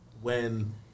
when-